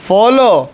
follow